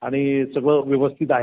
आणि सगळं व्यवस्थित आहे